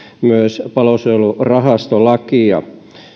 myös palosuojelurahastolakia